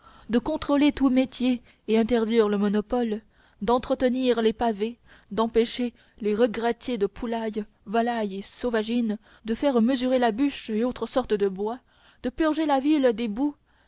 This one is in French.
de contrôler tous métiers et interdire le monopole d'entretenir les pavés d'empêcher les regrattiers de poulailles volailles et sauvagine de faire mesurer la bûche et autres sortes de bois de purger la ville des boues